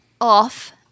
off